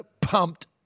pumped